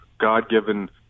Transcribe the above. God-given